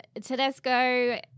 Tedesco